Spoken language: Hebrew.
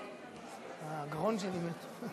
39 מתנגדים.